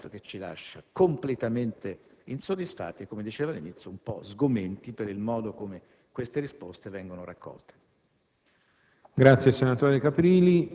notizie fornite - della risposta che lei ci ha dato, che ci lascia completamente insoddisfatti e, come dicevo all'inizio, un po' sgomenti per il modo in cui tali risposte vengono preparate.